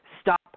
Stop